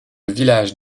village